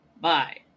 Bye